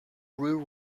pre